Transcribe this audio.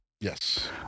Yes